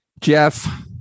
Jeff